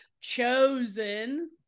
chosen